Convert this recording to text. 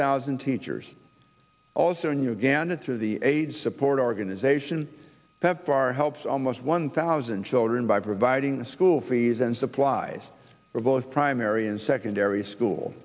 thousand teachers also in uganda through the aids support organization pepfar helps almost one thousand children by providing the school fees and supplies for both primary and secondary school